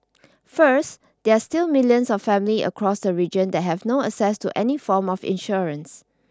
first there are still millions of families across the region that have no access to any form of insurance